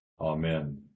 Amen